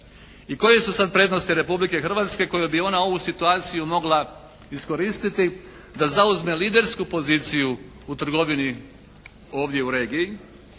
I koje su sad prednosti Republike Hrvatske koje bi ona ovu situaciju mogla iskoristiti da zauzme lidersku poziciju u trgovini ovdje u regiji